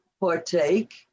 partake